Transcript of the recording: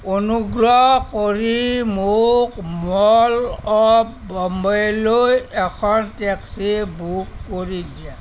অনুগ্ৰহ কৰি মোক মল অৱ বোম্বেলৈ এখন টেক্সি বুক কৰি দিয়া